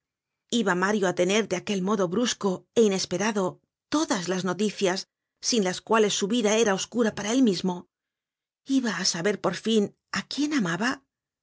iba mario á tener de aquel modo brusco é inesperado todas las noticias sin las cuales su vida era oscura para él mismo iba ásaber por fin á quién amaba